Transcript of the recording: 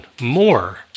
more